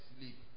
sleep